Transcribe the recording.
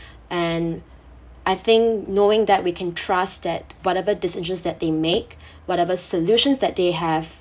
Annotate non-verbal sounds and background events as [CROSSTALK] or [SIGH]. and I think knowing that we can trust that whatever decisions that they make [BREATH] whatever solutions that they have